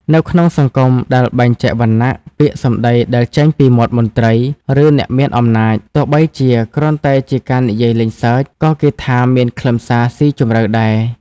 នៅក្នុងសង្គមដែលបែងចែកវណ្ណៈ ពាក្យសម្ដីដែលចេញពីមាត់មន្ត្រី ឬអ្នកមានអំណាច ទោះបីជាគ្រាន់តែជាការនិយាយលេងសើច ក៏គេថាមានខ្លឹមសារស៊ីជម្រៅដែរ ។